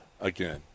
again